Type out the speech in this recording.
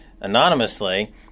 anonymously